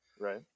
Right